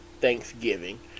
Thanksgiving